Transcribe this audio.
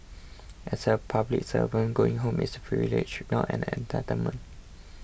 as a public servant going home is privilege not an entitlement